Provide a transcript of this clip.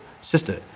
sister